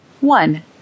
One